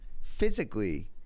physically